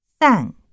Thank